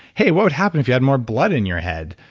hey, what would happen if you had more blood in your head?